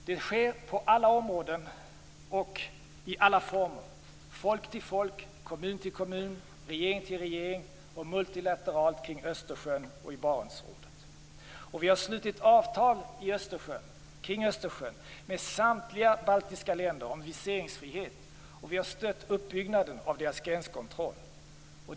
Det sker på alla områden och i alla former - folk till folk, kommun till kommun, regering till regering och multilateralt kring Östersjön och i Barentsrådet. Vi har slutit avtal kring Östersjön med samtliga baltiska länder om viseringsfrihet. Och vi har stött uppbyggnaden av deras gränskontroll.